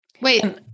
Wait